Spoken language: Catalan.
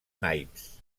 naips